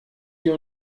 die